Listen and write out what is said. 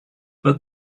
but